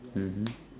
mmhmm